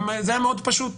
היו מאוד פשוטות,